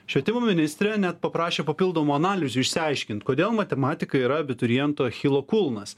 švietimo ministrė net paprašė papildomų analizių išsiaiškint kodėl matematika yra abiturientų achilo kulnas